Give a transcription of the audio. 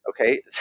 okay